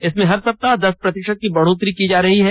इसमें हर सप्ताह दस प्रतिषत की बढ़ोतरी की जा रही है